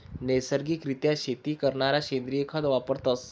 नैसर्गिक रित्या शेती करणारा सेंद्रिय खत वापरतस